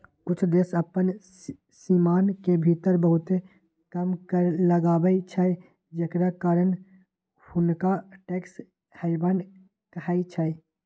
कुछ देश अप्पन सीमान के भीतर बहुते कम कर लगाबै छइ जेकरा कारण हुंनका टैक्स हैवन कहइ छै